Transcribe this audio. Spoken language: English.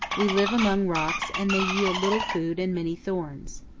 we live among rocks and they yield little food and many thorns.